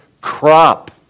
crop